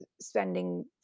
spending